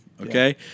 okay